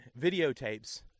videotapes